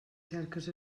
cerques